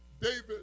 David